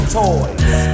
toys